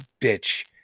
bitch